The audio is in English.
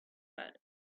but